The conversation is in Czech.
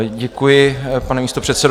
Děkuji, pane místopředsedo.